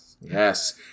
Yes